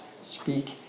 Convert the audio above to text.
speak